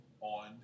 On